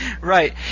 Right